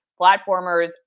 Platformers